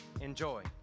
Enjoy